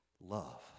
Love